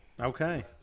Okay